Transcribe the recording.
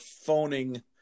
phoning